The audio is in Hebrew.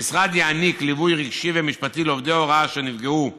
המשרד יעניק ליווי רגשי ומשפטי לעובדי הוראה אשר נפגעו,